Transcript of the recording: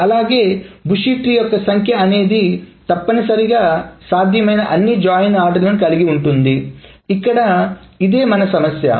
అలాగే bushy tree యొక్క సంఖ్య అనేది తప్పనిసరిగా సాధ్యమైన అన్ని జాయిన్ ఆర్డర్లు కలిగి ఉంటుంది ఇక్కడ ఇదే మన సమస్య